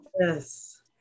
Yes